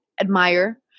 admire